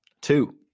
Two